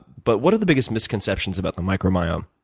but what are the biggest misconceptions about the microbiome?